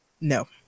No